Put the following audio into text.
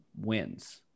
wins